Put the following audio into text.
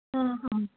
ఆహా